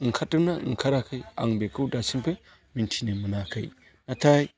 ओंखारदोंना ओंखाराखै आं बेखौ दासिमबो मिनथिनो मोनाखै नाथाय